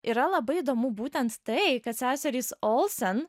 yra labai įdomu būtent tai kad seserys olsen